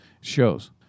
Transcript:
shows